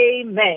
amen